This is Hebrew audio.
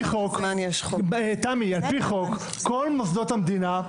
כל מוסדות המדינה,